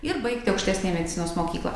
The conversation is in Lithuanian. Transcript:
ir baigti aukštesniąją medicinos mokyklą